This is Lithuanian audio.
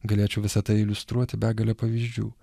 galėčiau visa tai iliustruoti begalę pavyzdžių